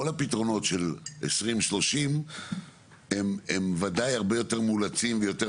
כל הפתרונות של 2030 הם ודאי הרבה יותר מאולצים ויותר